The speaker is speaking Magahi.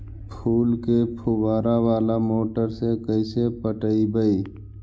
फूल के फुवारा बाला मोटर से कैसे पटइबै?